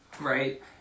right